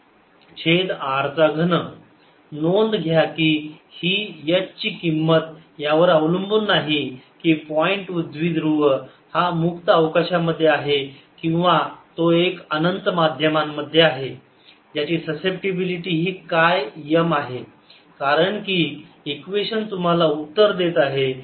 rr mr3 नोंद घ्या की ही H ची किंमत यावर अवलंबून नाही की पॉईंट द्विध्रुव हा मुक्त अवकाशामध्ये आहे किंवा तो एका अनंत माध्यमांमध्ये आहे ज्याची ससेप्टीबिलिटी ही काय M आहे कारण की इक्वेशन्स तुम्हाला उत्तर देत आहेत